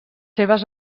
seves